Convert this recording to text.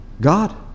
God